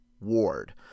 Ward